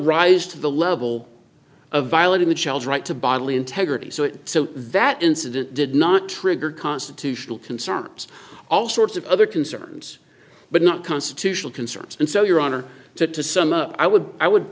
rise to the level of violating the child's right to bodily integrity so it so that incident did not trigger constitutional concerns all sorts of other concerns but not constitutional concerns and so your honor to to sum up i would i would